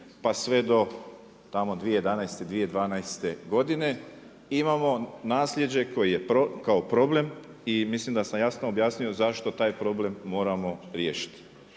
pa sve do tamo 2011., 2012. godine. Imamo naslijeđe kao problem i mislim da sam jasno objasnio zašto taj problem moramo riješiti.